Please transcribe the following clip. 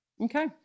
Okay